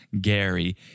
Gary